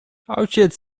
ojciec